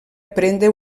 aprendre